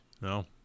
No